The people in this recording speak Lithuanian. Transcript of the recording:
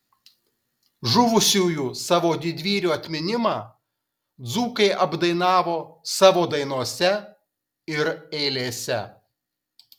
žuvusiųjų savo didvyrių atminimą dzūkai apdainavo savo dainose ir eilėse